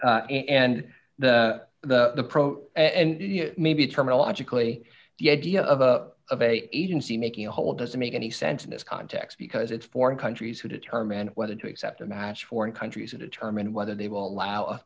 countries and the the approach and maybe terminal logically the idea of a of a agency making a whole doesn't make any sense in this context because it's foreign countries who determine whether to accept a mass foreign countries or determine whether they will allow